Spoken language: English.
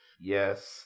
Yes